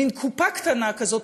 מין קופה קטנה כזאת,